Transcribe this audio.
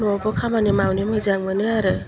न'आवबो खामानि मावनो मोजां मोनो आरो